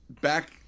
back